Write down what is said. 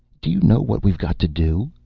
do you know what we've got to do?